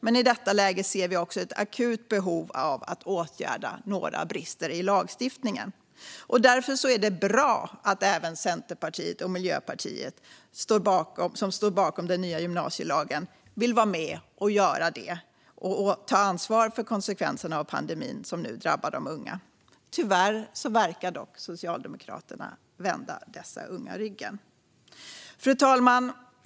Men i detta läge ser vi också ett akut behov av att åtgärda några brister i lagstiftningen. Därför är det bra att även Centerpartiet och Miljöpartiet, som står bakom den nya gymnasielagen, vill vara med och göra det och ta ansvar för konsekvenserna av pandemin som nu drabbar de unga. Tyvärr verkar dock Socialdemokraterna vända dessa unga ryggen. Fru talman!